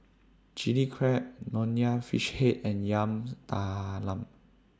Chili Crab Nonya Fish Head and Yam Talam